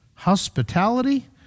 Hospitality